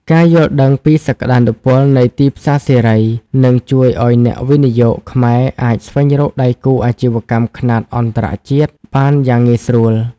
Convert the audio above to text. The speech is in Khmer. ការយល់ដឹងពីសក្ដានុពលនៃទីផ្សារសេរី នឹងជួយឱ្យអ្នកវិនិយោគខ្មែរអាចស្វែងរកដៃគូអាជីវកម្មខ្នាតអន្តរជាតិបានយ៉ាងងាយស្រួល។